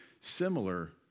similar